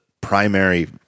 primary